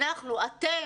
אתם,